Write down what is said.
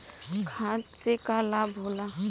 खाद्य से का लाभ होला?